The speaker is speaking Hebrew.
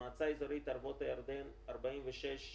מועצה אזורית ערבות הירדן 46,692,